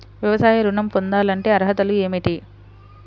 వ్యవసాయ ఋణం పొందాలంటే అర్హతలు ఏమిటి?